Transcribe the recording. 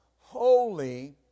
holy